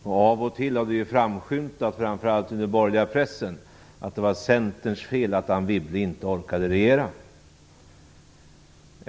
Och av och till har det ju framskymtat, framför allt i den borgerliga pressen, att det var Centerns fel att Anne Wibble inte orkade regera.